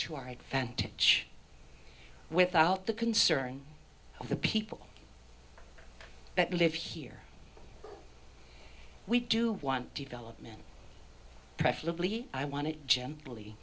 to our advantage without the concern of the people that live here we do want development preferably i want it